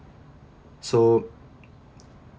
so